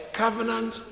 covenant